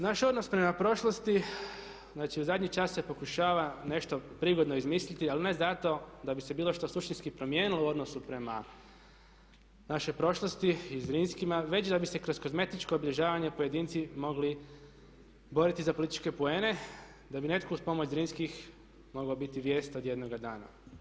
Naš odnos prema prošlosti, znači u zadnji čas se pokušava nešto prigodno izmisliti ali ne zato da bi se bilo što suštinski promijenilo u odnosu prema našoj prošlosti i Zrinskima već da bi se kroz kozmetičko obilježavanje pojedinci mogli boriti za političke poene, da bi netko uz pomoć Zrinskih mogao biti vijest od jednoga dana.